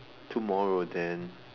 tomorrow then